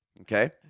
Okay